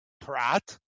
Prat